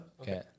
Okay